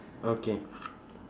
okay